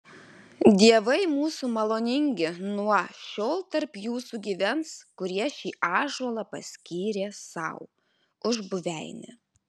dievai mūsų maloningi nuo šiol tarp jūsų gyvens kurie šį ąžuolą paskyrė sau už buveinę